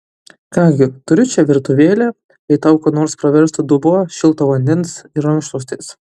ką gi turiu čia virtuvėlę jei tau kuo nors praverstų dubuo šilto vandens ir rankšluostis